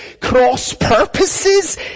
cross-purposes